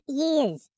years